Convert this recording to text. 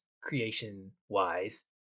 creation-wise